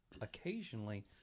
occasionally